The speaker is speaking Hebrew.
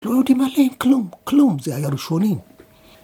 ‫לא יודעים עליהם כלום, כלום. ‫זה היה ראשונים.